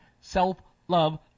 self-love